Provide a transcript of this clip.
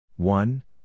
One